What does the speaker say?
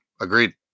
agreed